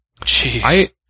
Jeez